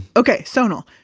okay. sonal.